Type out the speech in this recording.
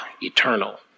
eternal